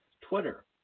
Twitter